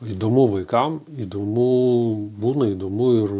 įdomu vaikam įdomu būna įdomu ir